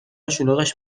شلوغش